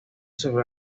sobre